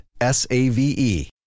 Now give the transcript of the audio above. S-A-V-E